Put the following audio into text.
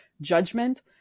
judgment